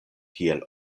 kiel